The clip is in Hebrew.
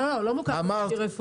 לא, לא הוא לא מוכר כתכשיר רפואי.